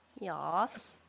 Yes